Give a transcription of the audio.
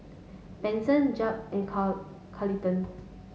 Benson Jeb and Car Carleton